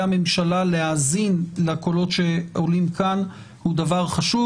המשלה להאזין לקולות שעולים כאן הוא דבר חשוב.